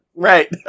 Right